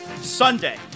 Sunday